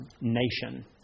nation